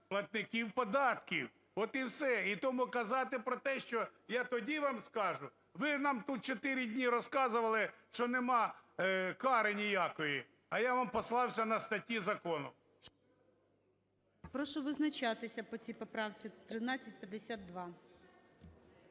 платників податків. От і все. І тому казати про те, що я тоді вам скажу, ви нам тут чотири дні розказували, що нема кари ніякої. А я вам посилався на статті закону. ГОЛОВУЮЧИЙ. Прошу визначатися по цій поправці – 1352.